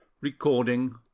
Recording